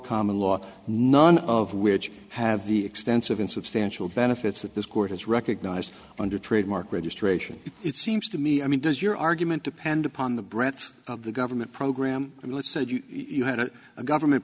common law none of which have the extensive and substantial benefits that this court has recognized under trademark registration it seems to me i mean does your argument depend upon the breadth of the government program and let's said you had a government